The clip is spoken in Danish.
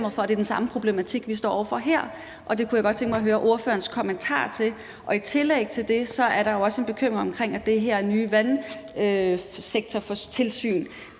at det er den samme problematik, vi står over for her, og det kunne jeg godt tænke mig at høre ordførerens kommentar til. I tillæg til det er der jo også en bekymring omkring, at det her nye vandsektortilsyn